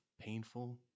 painful